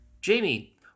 Jamie